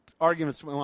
arguments